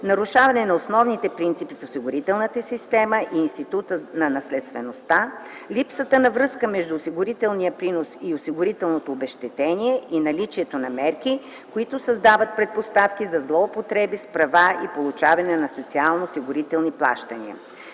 нарушаване на основните принципи в осигурителната система и Института на наследствеността, липсата на връзка между осигурителния принос и осигурителното обезщетение и наличието на мерки, които създават предпоставки за злоупотреби с права и получаване на социално-осигурителни плащания.